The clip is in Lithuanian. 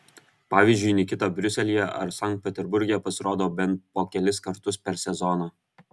pavyzdžiui nikita briuselyje ar sankt peterburge pasirodo bent po kelis kartus per sezoną